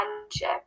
friendship